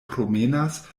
promenas